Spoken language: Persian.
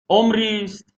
ﻋﻤﺮﯾﺴﺖ